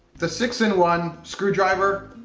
the six in one screwdriver.